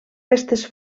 restes